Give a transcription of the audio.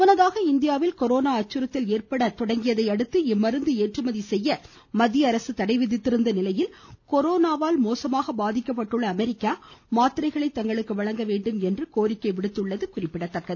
முன்னதாக இந்தியாவில் கொரோனா அச்சுறுத்தல் ஏற்படத்தொடங்கியதை அடுத்து இம்மருந்தை ஏற்றுமதி செய்ய மத்திய அரசு தடை விதித்திருந்த நிலையில் கொரோனாவால் மோசமாக பாதிக்கப்பட்டுள்ள அமெரிக்கா மாத்திரைகளை தங்களுக்கு வழங்க வேண்டும் என்று கோரிக்கை விடுத்திருந்தது குறிப்பிடத்தக்கது